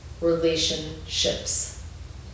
relationships